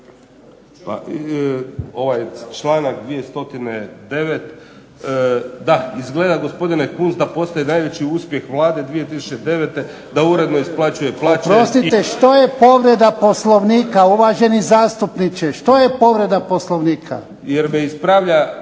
Pa ovaj članak 209., da izgleda gospodine Kunst da postoji najveći uspjeh Vlade 2009. da uredno isplaćuje plaće. **Jarnjak, Ivan (HDZ)** Oprostite, što je povreda Poslovnika? Uvaženi zastupniče što je povreda Poslovnika?